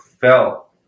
felt